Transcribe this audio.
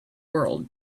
world